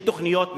של תוכניות מיתאר,